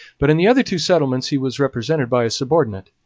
but in the other two settlements he was represented by a subordinate.